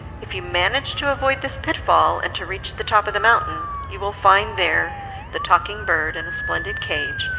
if you manage to avoid this pitfall, and to reach the top of the mountain, you will find there the talking bird in a splendid cage,